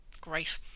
great